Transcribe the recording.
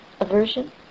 aversion